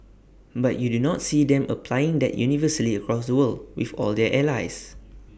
but you do not see them applying that universally across the world with all their allies